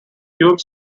tube